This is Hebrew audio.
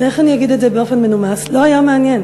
ואיך אני אגיד את זה באופן מנומס, לא היה מעניין.